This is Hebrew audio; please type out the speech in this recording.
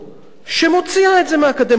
שמוציאה את זה מהאקדמיה למדעים.